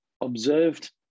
observed